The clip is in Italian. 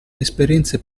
esperienze